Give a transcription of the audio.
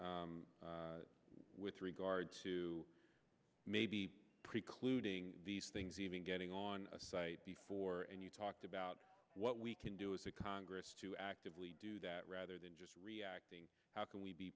mentioned with regard to maybe precluding these things even getting on site before and you've talked about what we can do as a congress to actively do that rather than just reacting how can we be